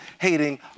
hating